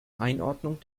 einordnung